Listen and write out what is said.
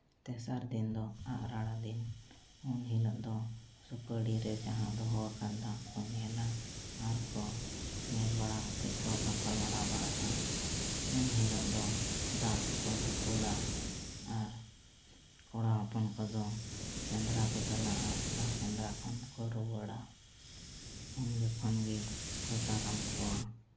ᱛᱮᱥᱟᱨ ᱫᱤᱱ ᱫᱚ ᱟᱸᱜ ᱨᱟᱲᱟ ᱫᱤᱱ ᱩᱱ ᱦᱤᱞᱳᱜ ᱫᱚ ᱥᱩᱯᱟᱹᱲᱤ ᱨᱮ ᱡᱟᱦᱟᱸ ᱫᱚᱦᱚ ᱟᱠᱟᱱ ᱫᱟᱜ ᱠᱚ ᱧᱮᱞᱟ ᱟᱨ ᱠᱚ ᱧᱮᱞ ᱵᱟᱲᱟ ᱠᱟᱛᱮ ᱠᱚ ᱜᱟᱯᱟᱞ ᱢᱟᱨᱟᱣ ᱵᱟᱲᱟᱜᱼᱟ ᱩᱱ ᱦᱤᱞᱳᱜ ᱫᱚ ᱫᱟᱜ ᱠᱚ ᱫᱩᱯᱩᱞᱟ ᱟᱨ ᱠᱚᱲᱟ ᱦᱚᱯᱚᱱ ᱠᱚᱫᱚ ᱥᱮᱸᱫᱽᱨᱟ ᱠᱚ ᱪᱟᱞᱟᱜᱼᱟ ᱟᱨ ᱥᱮᱸᱫᱽᱨᱟ ᱠᱷᱚᱱ ᱠᱚ ᱨᱩᱭᱟᱹᱲᱟ ᱩᱱ ᱡᱚᱠᱷᱚᱱ ᱜᱮᱠᱚ ᱫᱟᱨᱟᱢ ᱠᱚᱣᱟ